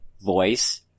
voice